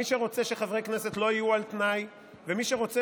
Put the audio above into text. מי שרוצה שחברי כנסת לא יהיו על תנאי ומי שרוצה